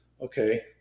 okay